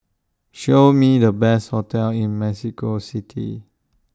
Show Me The Best hotels in Mexico City